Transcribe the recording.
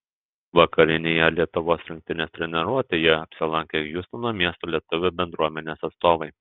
vakarinėje lietuvos rinktinės treniruotėje apsilankė hjustono miesto lietuvių bendruomenės atstovai